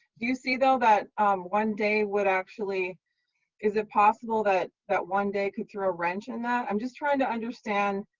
you see though that um one day would actually is it possible that that one day could throw a wrench in that? i'm just trying to understand